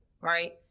right